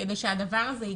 כדי שהדבר הזה יקרה.